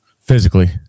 Physically